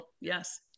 yes